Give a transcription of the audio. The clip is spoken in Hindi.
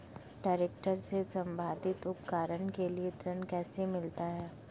ट्रैक्टर से संबंधित उपकरण के लिए ऋण कैसे मिलता है?